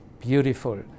Beautiful